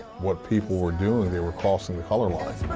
what people were doing, they were crossing the color line.